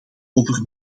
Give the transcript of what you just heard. over